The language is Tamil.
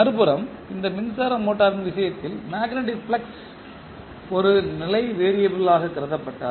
மறுபுறம் இந்த மின்சார மோட்டாரின் விஷயத்தில் மேக்னெட்டிக் பிளக்ஸ் ஒரு நிலைவேறியபிள் கருதப்பட்டால்